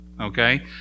Okay